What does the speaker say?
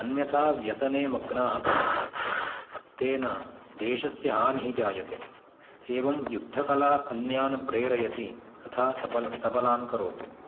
अन्यथा व्यसने मग्नाः भवन्ति तेन देशस्य हानिः जायते एवं युद्धकला अन्यान् प्रेरयति तथा सब सबलान् करोति